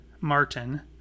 Martin